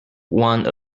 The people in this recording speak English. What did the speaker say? one